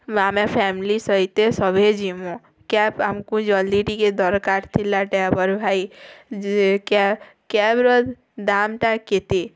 ଆମେ ଫ୍ୟାମିଲି ସହିତେ ସଭିଏଁ ଯିମୁଁ କ୍ୟାବ୍ ଆମକୁ ଜଲ୍ଦି ଟିକେ ଦରକାର୍ ଥିଲା ଡ୍ରାଇବର୍ ଭାଇ କ୍ୟାବ୍ କ୍ୟାବ୍ର ଦାମ୍ଟା କେତେ